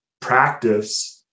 practice